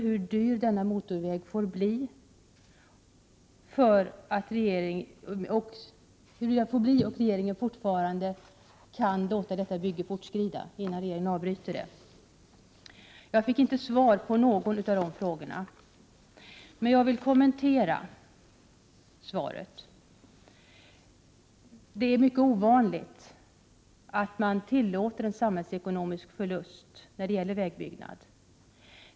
Hur dyr får denna motorväg bli och hur stor samhällsekonomisk förlust kan regeringen acceptera utan att avbryta byggandet? Jag fick inte svar på någon av de frågorna. Men jag vill kommentera svaret. Det är mycket ovanligt att man tillåter en samhällsekonomisk förlust när det gäller vägbyggnad.